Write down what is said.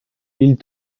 ils